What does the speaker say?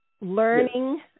learning